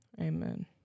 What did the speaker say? Amen